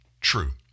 true